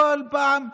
כל פעם מאריכים,